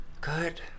Good